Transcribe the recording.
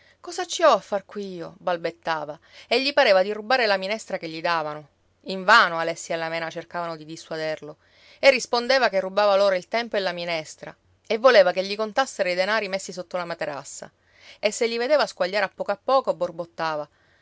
cosa ci ho a far qui io balbettava e gli pareva di rubare la minestra che gli davano invano alessi e la mena cercavano di dissuaderlo e rispondeva che rubava loro il tempo e la minestra e voleva che gli contassero i denari messi sotto la materassa e se li vedeva squagliare a poco a poco borbottava